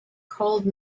cold